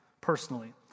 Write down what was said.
personally